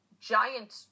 giant